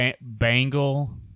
Bangle